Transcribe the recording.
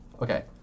Okay